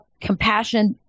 compassion